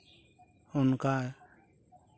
ᱚᱱᱠᱟ